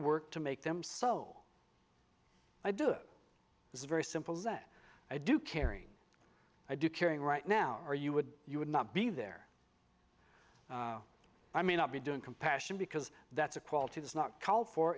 work to make them so i do it is very simple that i do caring i do caring right now or you would you would not be there i may not be doing compassion because that's a quality does not call for